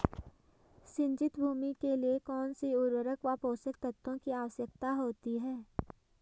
सिंचित भूमि के लिए कौन सी उर्वरक व पोषक तत्वों की आवश्यकता होती है?